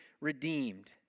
redeemed